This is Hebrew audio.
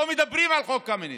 לא מדברים על חוק קמיניץ,